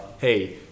hey